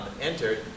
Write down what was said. Entered